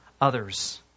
others